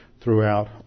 throughout